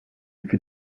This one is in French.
fut